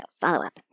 follow-up